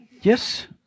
Yes